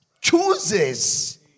chooses